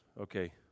okay